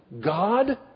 God